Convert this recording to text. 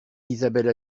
isabelle